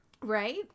Right